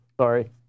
Sorry